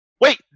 Wait